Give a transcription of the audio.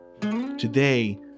Today